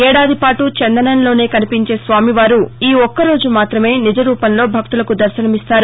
ఏడాది పాటు చందనంలోనే కనిపించే స్వామివారు ఈ ఒక్కరోజు మాతమే నిజరూపంలో భక్తులకు దర్భనమిస్తారు